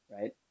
right